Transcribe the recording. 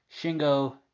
Shingo